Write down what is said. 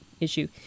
issue